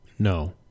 No